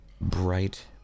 bright